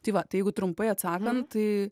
tai va tai jeigu trumpai atsakant į